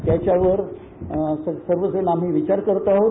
त्याच्यावर सर्व जण आम्ही विचार करत आहोत